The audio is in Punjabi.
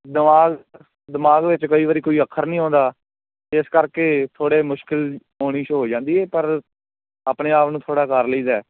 ਦਿਮਾਗ ਦਿਮਾਗ ਵਿੱਚ ਕਈ ਵਾਰੀ ਕੋਈ ਅੱਖਰ ਨਹੀਂ ਆਉਂਦਾ ਇਸ ਕਰਕੇ ਥੋੜ੍ਹੇ ਮੁਸ਼ਕਲ ਹੋਣੀ ਹੋ ਜਾਂਦੀ ਹੈ ਪਰ ਆਪਣੇ ਆਪ ਨੂੰ ਥੋੜ੍ਹਾ ਕਰ ਲਈ ਦਾ